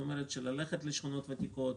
כלומר ללכת לשכונות ותיקות,